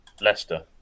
Leicester